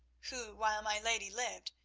who, while my lady lived,